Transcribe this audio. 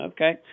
Okay